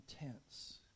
intense